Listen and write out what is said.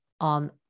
on